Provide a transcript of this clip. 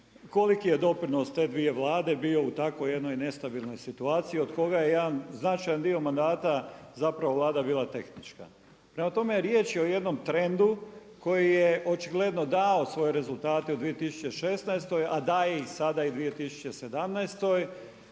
koliki je doprinos te dvije Vlade bio u tako jednoj nestabilnoj situaciji od koga je jedan značajan dio mandata zapravo Vlada bila tehnička. Prema tome, riječ je o jednom trendu koji je očigledno dao svoje rezultate u 2016. a daje ih i sada i u 2017.